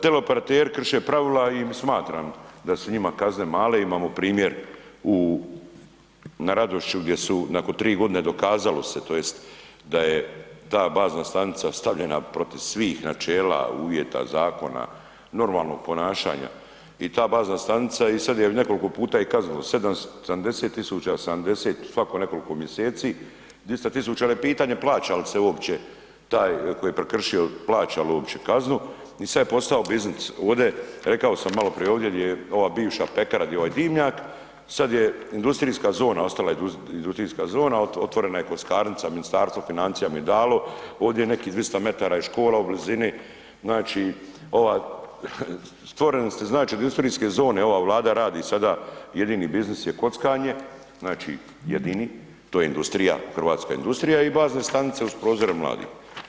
Teleoperateri krše pravila i smatram da su njima kazne male, imamo primjer u, na Radošiću gdje su nakon tri godine dokazalo se, to jest da je ta bazna stanica stavljena protiv svih načela, uvjeta, zakona, normalnog ponašanja, i ta bazna stanica, i sad je nekoliko puta i kaznilo, 70 tisuća, 70, svako nekoliko mjeseci, dvista tisuća, al' je pitanje plaća li se uopće, taj tko je prekršio, plaća li uopće kaznu, i sad je postao biznis, ovdje rekao sam malo prije, ovdje gdje je ova bivša pekara, gdje je ovaj dimnjak, sad je industrijska zona, ostala je industrijska zona, otvorena je kockarnica, Ministarstvo financija mu je dalo, ovdi nekih 200 metara je škola u blizini, znači, ova, stvoreni ste znači ... industrijske zone, ova Vlada radi sada, jedini biznis je kockanje, znači, jedini, to je industrija, hrvatska industrija i bazne stanice uz prozore mladih.